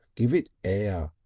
give it air.